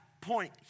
point